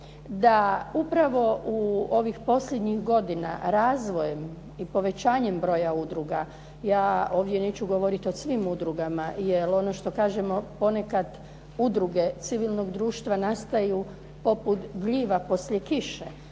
da upravo u ovih posljednjih godina razvojem i povećanjem broja udruga. Ja ovdje neću govoriti o svim udrugama, jel ono što kažemo ponekad udruge civilnog društva nastaju poput gljiva poslije kiše.